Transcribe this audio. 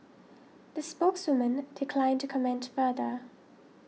the spokeswoman declined to comment further